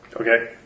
Okay